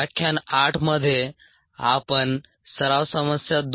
व्याख्यान 8 मध्ये आपण सराव समस्या 2